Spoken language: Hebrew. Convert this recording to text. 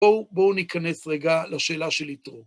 בואו... בואו נכנס רגע לשאלה של יתרו.